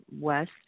west